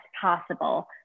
possible